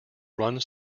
runs